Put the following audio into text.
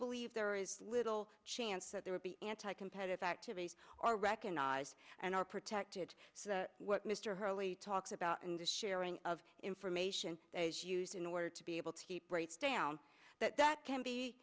there is little chance that they will be anti competitive activities are recognized and are protected so what mr hurley talks about and the sharing of information is used in order to be able to keep rates down that that can be